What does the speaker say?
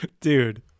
dude